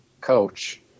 coach